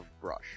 brush